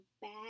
bad